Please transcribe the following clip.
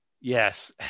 yes